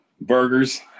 burgers